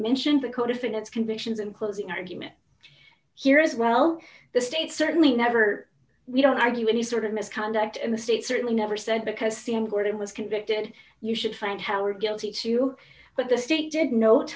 mentioned the co defendants convictions and closing argument here is well the state certainly never we don't argue any sort of misconduct in the state certainly never said because seeing gordon was convicted you should find howard guilty too but the state did note